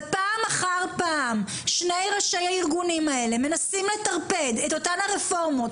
ופעם אחר פעם שני ראשי הארגונים האלה מנסים לטרפד את הרפורמות